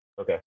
Okay